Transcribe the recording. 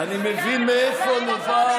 אני מבין מאיפה נובעת,